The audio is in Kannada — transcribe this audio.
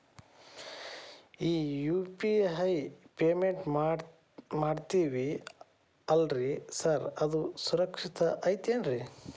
ಈ ಯು.ಪಿ.ಐ ಪೇಮೆಂಟ್ ಮಾಡ್ತೇವಿ ಅಲ್ರಿ ಸಾರ್ ಅದು ಸುರಕ್ಷಿತ್ ಐತ್ ಏನ್ರಿ?